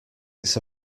its